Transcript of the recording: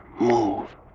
move